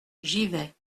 givet